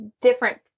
different